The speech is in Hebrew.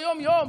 ביום-יום,